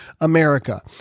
America